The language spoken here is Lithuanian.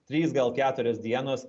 trys gal keturios dienos